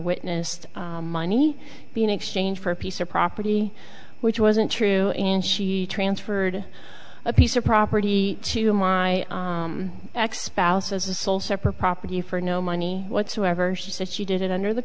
witnessed money in exchange for a piece of property which wasn't true and she transferred a piece of property to my ex spouse as a sole separate property for no money whatsoever she said she did it under the